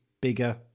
bigger